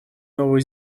новую